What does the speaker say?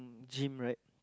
gym right